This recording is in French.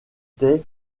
était